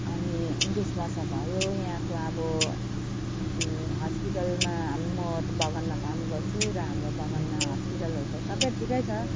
अनि उन्तिस वर्ष भयो यहाँको अब हस्पिटलमा म त बगानमा काम गर्छु र हाम्रो बगानमा हस्पिटलहरू त सबै ठिकै छ